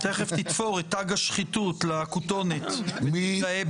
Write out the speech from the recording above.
תיכף תתפור את תג השחיתות לכתונת, תתגאה בו.